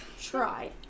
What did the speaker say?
try